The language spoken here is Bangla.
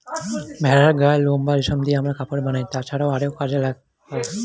ভেড়ার গায়ের লোম বা রেশম দিয়ে আমরা কাপড় বানাই, তাছাড়াও আরো কাজ হয়